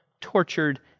tortured